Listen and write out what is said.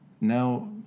Now